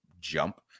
jump